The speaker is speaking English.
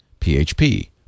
PHP